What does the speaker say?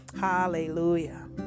hallelujah